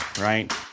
right